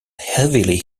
heavily